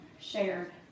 shared